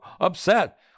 upset